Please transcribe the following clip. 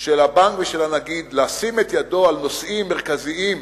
של הבנק ושל הנגיד לשים את היד על נושאים מרכזיים,